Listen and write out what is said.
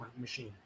machine